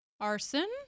Arson